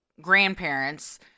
grandparents